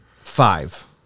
five